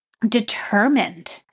determined